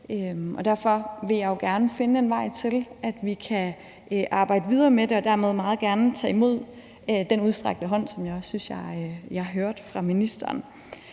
Jeg vil jo gerne finde en vej til, at vi kan arbejde videre med det, og dermed meget gerne tage imod den udstrakte hånd, som jeg også synes jeg hørte fra ministeren.